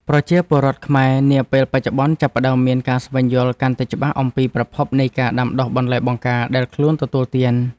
ប្រជាពលរដ្ឋខ្មែរនាពេលបច្ចុប្បន្នចាប់ផ្តើមមានការស្វែងយល់កាន់តែច្បាស់អំពីប្រភពនៃការដាំដុះបន្លែបង្ការដែលខ្លួនទទួលទាន។